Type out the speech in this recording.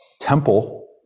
temple